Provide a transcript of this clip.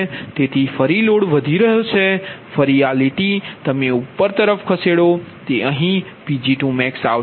તેથી ફરી લોડ વધી રહ્યો છે ફરી આ લીટી તમે ઉપર તરફ ખસેડો તે અહીં Pg2max આવશે